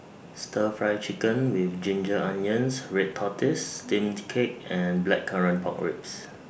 Stir Fry Chicken with Ginger Onions Red Tortoise Steamed Cake and Blackcurrant Pork Ribs